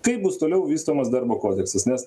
kaip bus toliau vystomas darbo kodeksas nes